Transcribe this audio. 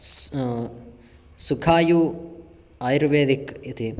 स् सुखायुः आयुर्वेदिकः इति